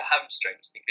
hamstrings